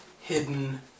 hidden